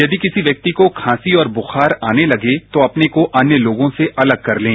यदि किसी व्यक्ति को खांसी और बुखार आने लगे तो अपने को अन्य लोगों से अलग कर लें